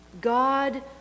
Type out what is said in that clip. God